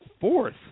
fourth